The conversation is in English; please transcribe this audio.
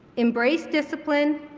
embrace discipline,